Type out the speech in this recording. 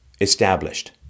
established